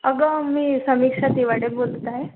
अगं मी समीक्षा दिवाडे बोलत आहे